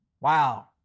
Wow